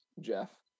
Jeff